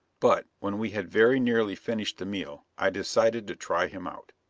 but, when we had very nearly finished the meal, i decided to try him out.